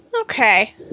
Okay